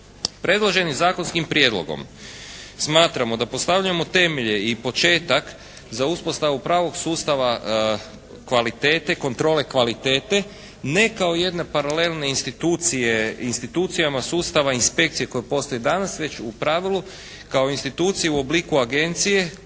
Predloženim zakonskim prijedlogom smatramo da postavljamo temelje i početak za uspostavu pravog sustava kvalitete, kontrole kvalitete ne kao jedne paralelne institucije, institucijama sustava inspekcije koja postoji danas već u pravilu institucije kao u obliku agencije